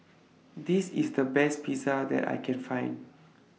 This IS The Best Pizza that I Can Find